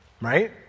right